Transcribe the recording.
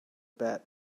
bet